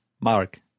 Mark